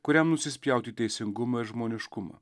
kuriam nusispjauti į teisingumą žmoniškumą